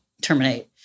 terminate